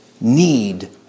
need